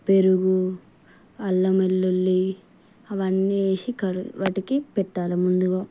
పెరుగు అల్లం వెల్లులి అవన్నీ వేసి కడిగి వాటికి పెట్టాలి ముందుగా